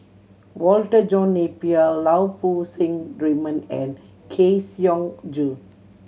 Walter John Napier Lau Poo Seng Raymond and Kang Siong Joo